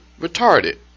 retarded